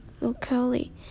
locally